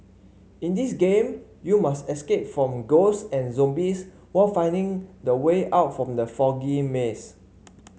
in this game you must escape from ghost and zombies while finding the way out from the foggy maze